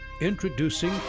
Introducing